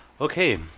Okay